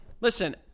Listen